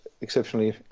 exceptionally